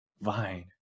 Vine